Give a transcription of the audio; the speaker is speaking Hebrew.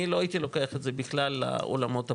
אני לא הייתי לוקח את זה בכלל לעולמות הפוליטיים.